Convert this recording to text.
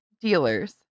dealers